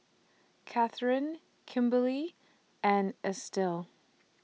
Kathern Kimberlie and Estill